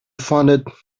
funded